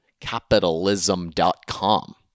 capitalism.com